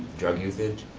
drug usage.